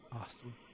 Awesome